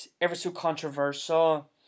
ever-so-controversial